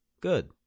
Good